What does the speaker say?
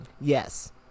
yes